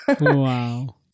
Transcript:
Wow